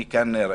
אני אומר את זה,